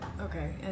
Okay